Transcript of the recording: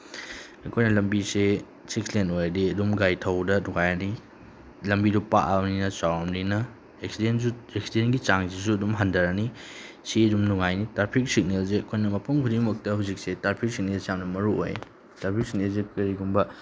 ꯑꯩꯈꯣꯏꯅ ꯂꯝꯕꯤꯁꯦ ꯁꯤꯛꯁ ꯂꯦꯟ ꯑꯣꯏꯔꯗꯤ ꯑꯗꯨꯝ ꯒꯥꯔꯤ ꯊꯧꯕꯗ ꯅꯨꯡꯉꯥꯏꯔꯅꯤ ꯂꯝꯕꯤꯗꯣ ꯄꯥꯛꯑꯕꯅꯤꯅ ꯆꯥꯎꯔꯕꯅꯤꯅ ꯑꯦꯛꯁꯤꯗꯦꯟꯁꯨ ꯑꯦꯛꯁꯤꯗꯦꯟꯒꯤ ꯆꯥꯡꯁꯤꯁꯨ ꯑꯗꯨꯝ ꯍꯟꯊꯔꯅꯤ ꯁꯤ ꯑꯗꯨꯝ ꯅꯨꯡꯉꯥꯏꯅꯤ ꯇ꯭ꯔꯥꯐꯤꯛ ꯁꯤꯒꯅꯦꯜꯁꯦ ꯑꯩꯈꯣꯏꯅ ꯃꯐꯝ ꯈꯨꯗꯤꯡꯃꯛꯇ ꯍꯧꯖꯤꯛꯁꯦ ꯇ꯭ꯔꯥꯐꯤꯛ ꯁꯤꯒꯅꯦꯜꯁꯦ ꯌꯥꯝꯅ ꯃꯔꯨ ꯑꯣꯏ ꯇ꯭ꯔꯥꯐꯤꯛ ꯁꯤꯒꯅꯦꯜꯁꯦ ꯀꯔꯤꯒꯨꯝꯕ